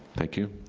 thank you.